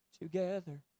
together